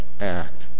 act